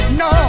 no